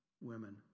women